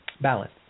balance